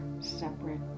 separate